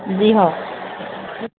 جی ہاں